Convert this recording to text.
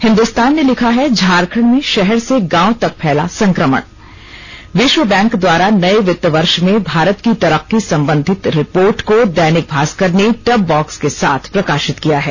हिन्दुस्तान ने लिखा है झारखंड में शहर से गांव तक फैला संक्रमण विश्व बैंक द्वारा नए वित्त वर्ष में भारत की तरक्की संबधित रिपोर्ट को दैनिक भास्कर ने टब बॉक्स के साथ प्रकाशित किया है